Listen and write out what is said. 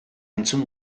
entzun